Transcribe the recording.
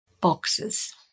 boxes